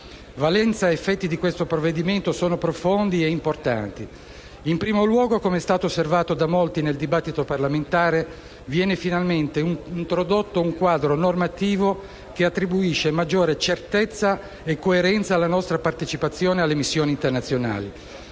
Valenza ed effetti di questo provvedimento sono profondi e importanti: in primo luogo, come è stato osservato da molti nel dibattito parlamentare, viene finalmente introdotto un quadro normativo che attribuisce maggiore certezza e coerenza alla nostra partecipazione alle missioni internazionali,